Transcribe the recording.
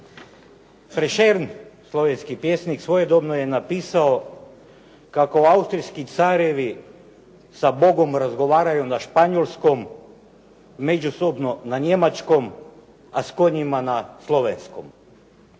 Prešern, slovenski pjesnik svojedobno je napisao kako austrijski carevi sa Bogom razgovaraju na španjolskom, međusobno na njemačkom, a s konjima na slovenskom.